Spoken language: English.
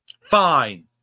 Fine